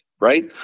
Right